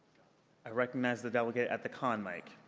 i recognize the delegate at the con mic.